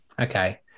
okay